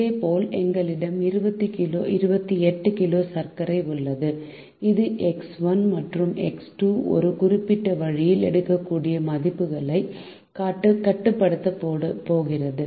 இதேபோல் எங்களிடம் 28 கிலோ சர்க்கரை உள்ளது இது எக்ஸ் 1 மற்றும் எக்ஸ் 2 ஒரு குறிப்பிட்ட வழியில் எடுக்கக்கூடிய மதிப்புகளை கட்டுப்படுத்தப் போகிறது